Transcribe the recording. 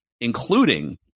including